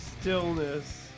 Stillness